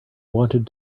wanted